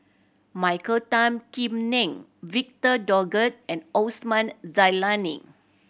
Michael Tan Kim Nei Victor Doggett and Osman Zailani